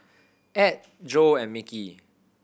Add Jo and Mickey